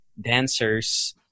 dancers